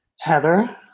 Heather